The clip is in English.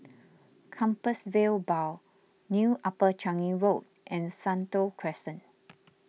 Compassvale Bow New Upper Changi Road and Sentul Crescent